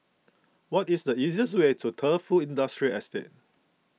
what is the easiest way to Defu Industrial Estate